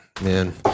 Man